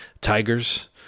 tigers